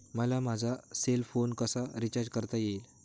मला माझा cell phone कसा रिचार्ज करता येईल?